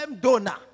donor